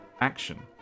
action